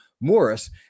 Morris